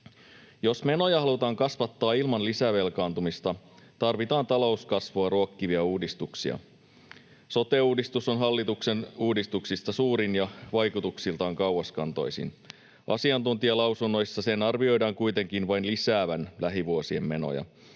Jos menoja halutaan kasvattaa ilman lisävelkaantumista, tarvitaan talouskasvua ruokkivia uudistuksia. Sote-uudistus on hallituksen uudistuksista suurin ja vaikutuksiltaan kauaskantoisin. Asiantuntijalausunnoissa sen arvioidaan kuitenkin vain lisäävän lähivuosien menoja